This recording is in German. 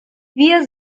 wir